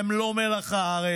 הם לא מלח הארץ,